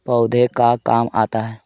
पौधे का काम आता है?